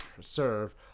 serve